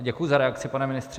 Děkuji za reakci, pane ministře.